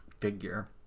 figure